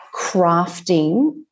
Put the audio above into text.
crafting